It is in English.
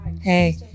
Hey